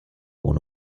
ohne